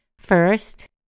First